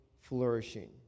flourishing